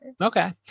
Okay